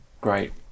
Great